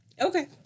Okay